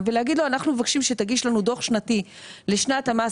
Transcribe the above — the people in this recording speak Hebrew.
ולהגיד לו: אנחנו מבקשים שתגיש לנו דוח שנתי לשנת המס